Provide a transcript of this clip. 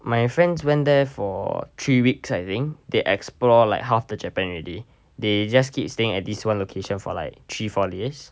my friends went there for three weeks I think they explore like half the japan already they just keep staying at this one location for like three four days